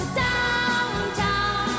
downtown